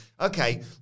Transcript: Okay